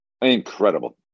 Incredible